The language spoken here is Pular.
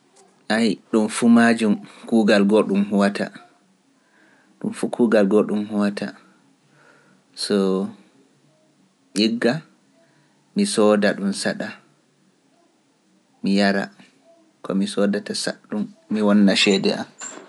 Ɗuum ɗum fu kugal go dun huwata. igga mi soda ɗum sada ko mi sodata saddum mi wonna shede ma.